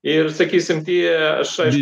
ir sakysim tie aš aiš